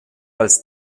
als